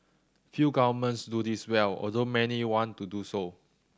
few governments do this well although many want to do so